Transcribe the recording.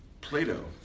Plato